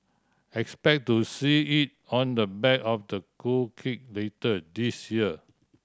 expect to see it on the back of the cool kid later this year